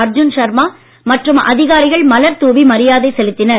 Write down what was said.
அர்ஜுன் சர்மா மற்றும் அதிகாரிகள் மலர் தூவி மரியாதை செலுத்தினர்